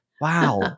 Wow